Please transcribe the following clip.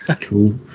Cool